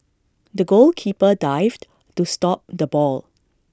the goalkeeper dived to stop the ball